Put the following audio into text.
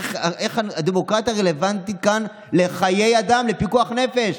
איך הדמוקרטיה רלוונטית כאן לחיי אדם, לפיקוח נפש?